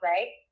Right